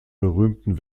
berühmten